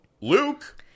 Luke